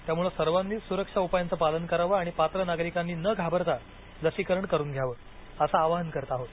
त्यामुळे सर्वांनीच सुरक्षा उपायांचं पालन करावं आणि पात्र नागरिकांनी न घाबरता लसीकरण करून घ्यावं असं आवाहन करत आहोत